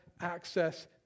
access